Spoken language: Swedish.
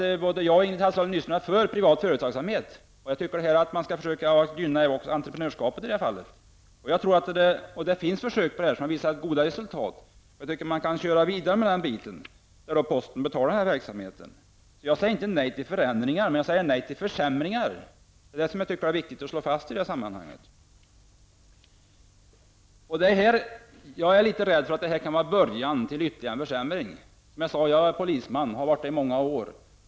Liksom Ingrid Hasselström Nyvall är också jag för privat företagsamhet. Jag tycker att entreprenörskap skall gynnas i det här fallet. Det har gjorts försök i detta sammanhang som visar på goda resultat. Jag tycker därför att vi kunde gå vidare på den vägen. Posten får betala den här verksamheten. Jag säger inte nej till förändringar, men jag säger nej till en försämring. Det är viktigt att understryka detta. Jag är litet rädd för att den här förändringen kommer att innebära ytterligare försämringar. Själv har jag, som sagt, varit polis. Det har jag varit i många år.